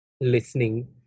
listening